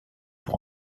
pour